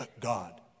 God